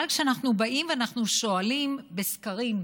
אבל כשאנחנו באים ואנחנו שואלים בסקרים,